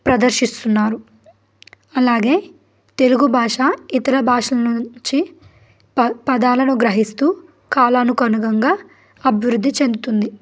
ప్రదర్శిస్తున్నారు అలాగే తెలుగు భాష ఇతర భాషల నుంచి పదాలను గ్రహిస్తూ కాలానుకనుగుణంగా అభివృద్ధి చెందుతుంది